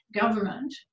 government